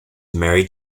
married